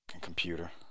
Computer